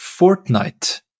Fortnite